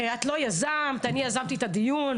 את לא יזמת, אני יזמתי את הדיון.